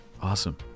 Awesome